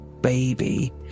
baby